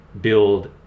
build